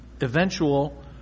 eventual